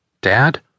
Dad